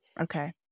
Okay